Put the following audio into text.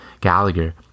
Gallagher